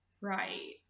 Right